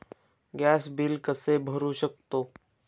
Gas bill कसे भरू शकतो?